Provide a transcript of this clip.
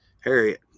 Harriet